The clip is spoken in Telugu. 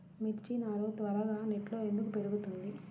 మిర్చి నారు త్వరగా నెట్లో ఎందుకు పెరుగుతుంది?